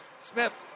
Smith